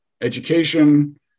education